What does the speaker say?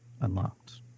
unlocked